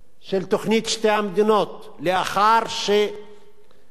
של תוכנית שתי המדינות לאחר ניסיונות